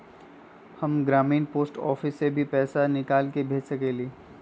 हम ग्रामीण post office से भी पैसा निकाल और भेज सकेली?